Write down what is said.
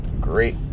great